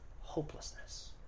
Hopelessness